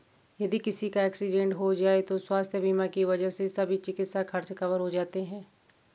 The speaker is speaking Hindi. यदि किसी का एक्सीडेंट हो जाए तो स्वास्थ्य बीमा की वजह से सभी चिकित्सा खर्च कवर हो जाते हैं